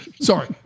Sorry